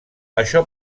això